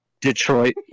Detroit